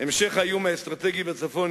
המשך האיום האסטרטגי בצפון,